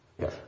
yes